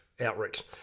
outreach